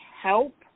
help